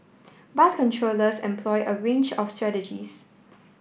bus controllers employ a range of strategies